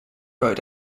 road